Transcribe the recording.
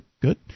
Good